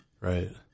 Right